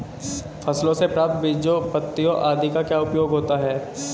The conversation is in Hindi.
फसलों से प्राप्त बीजों पत्तियों आदि का क्या उपयोग होता है?